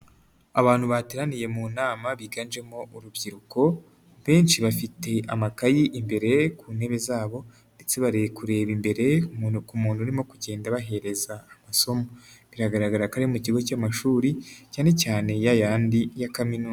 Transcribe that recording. Abantu bateraniye mu nama, biganjemo urubyiruko, benshi bafite amakayi imbere ku ntebe zabo ndetse bari kureba imbere ku muntu urimo kugenda bahereza amasomo, biragaragara ko ari mu kigo cy'amashuri, cyane cyane ya yandi ya kaminuza.